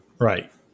Right